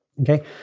Okay